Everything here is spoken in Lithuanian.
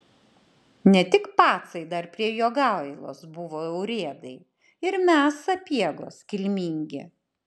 ne tik pacai dar prie jogailos buvo urėdai ir mes sapiegos kilmingi